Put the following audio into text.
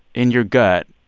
in your gut,